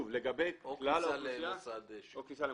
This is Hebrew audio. או כניסה למוסד סיעודי.